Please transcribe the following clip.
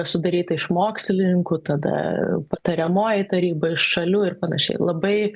sudaryta iš mokslininkų tada patariamoji taryba iš šalių ir panašiai labai